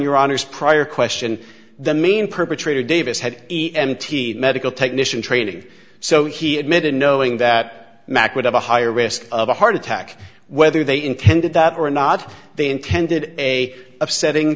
your honor's prior question the main perpetrator davis had emptied medical technician training so he admitted knowing that mack would have a higher risk of a heart attack whether they intended that or not they intended a upsetting